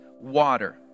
water